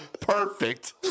Perfect